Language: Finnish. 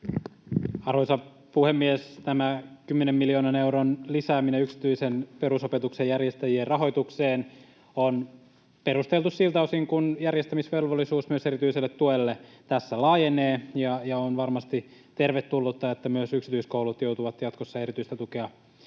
Arvoisa puhemies! Tämä kymmenen miljoonan euron lisääminen yksityisen perusopetuksen järjestäjien rahoitukseen on perusteltu siltä osin kuin järjestämisvelvollisuus myös erityiselle tuelle tässä laajenee, ja on varmasti tervetullutta, että myös yksityiskoulut joutuvat jatkossa erityistä tukea järjestämään.